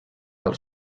del